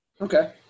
okay